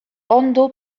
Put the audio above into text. ondo